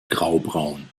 graubraun